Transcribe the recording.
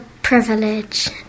privilege